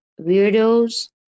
weirdos